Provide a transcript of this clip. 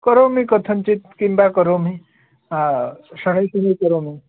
करोमि कथञ्चित् किं वा करोमि करोमि